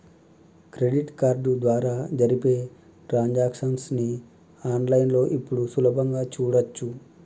credit card ద్వారా జరిపే transactions ని ఆన్ లైన్ లో ఇప్పుడు సులభంగా చూడచ్చు